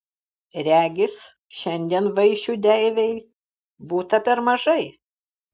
regis šiandien vaišių deivei būta per mažai